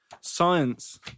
Science